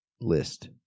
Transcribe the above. list